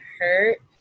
hurt